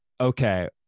Okay